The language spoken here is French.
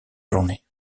journée